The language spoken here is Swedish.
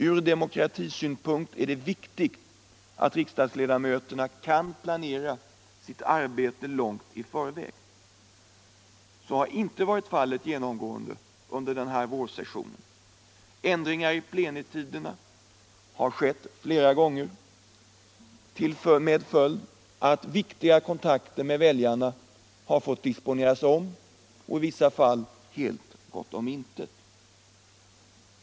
Från demokratisynpunkt är det viktigt att riksdagsledamöterna kan planera sitt arbete långt i förväg. Så har inte genomgående varit fallet under denna vårsession. Ändringar i plenitiderna har skett flera gånger, med följden att viktiga kontakter med väljarna fått disponeras om och i vissa fall helt gått om intet.